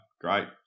Great